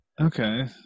okay